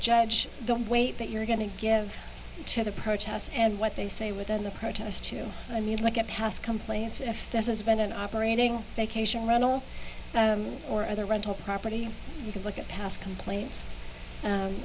judge don't wait that you're going to give to the protests and what they say within the protest to you i mean look at past complaints if there has been an operating vacation rental or other rental property you can look at past complaints